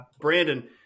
Brandon